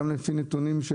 זה גם לפי הנתונים,